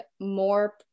more